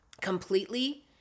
completely